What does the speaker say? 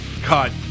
cut